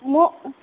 ମୋ